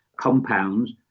compounds